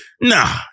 Nah